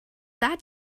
that